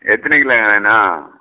எத்தனை கிலோ வேணும்